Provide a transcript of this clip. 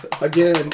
Again